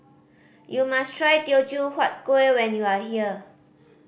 you must try Teochew Huat Kueh when you are here